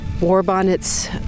Warbonnet's